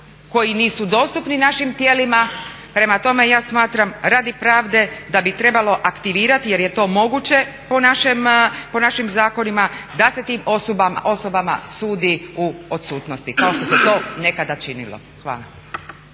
koji nisu dostupni našim tijelima. Prema tome, ja smatram radi pravde da bi trebalo aktivirati jer je to moguće po našim zakonima da se tim osobama sudi u odsutnosti kao što se to nekada činilo. Hvala.